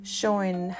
showing